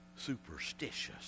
superstitious